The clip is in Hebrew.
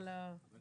פונה